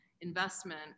investment